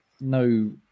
no